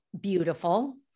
beautiful